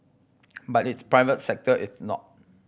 but its private sector is not